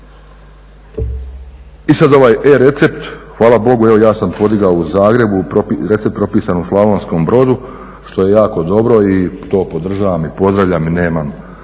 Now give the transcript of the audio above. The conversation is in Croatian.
I sad ovaj e-recept. Hvala Bogu, evo ja sam podigao u Zagreb recept propisan u Slavonskom Brodu što je jako dobro i to podržavam i pozdravljam i nemam